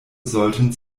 sollten